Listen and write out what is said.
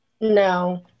No